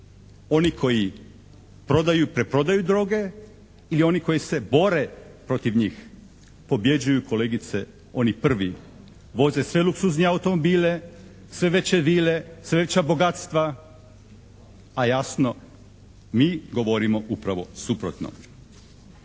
Oni koji prodaju i preprodaju droge ili oni koji se bore protiv njih? Pobjeđuju kolegice oni prvi, voze sve luksuzne automobile, sve veće vile, sve veća bogatstva, a jasno mi govorimo upravo suprotno.